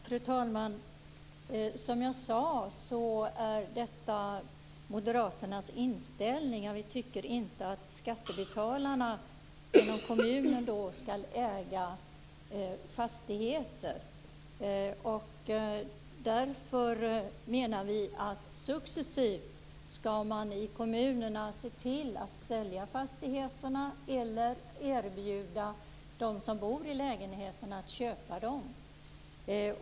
Fru talman! Som jag sade är detta Moderaternas inställning. Vi tycker inte att skattebetalarna genom kommunen skall äga fastigheter. Därför menar vi att man i kommunerna successivt skall se till att sälja fastigheterna eller erbjuda dem som bor i lägenheterna att köpa dem.